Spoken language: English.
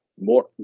more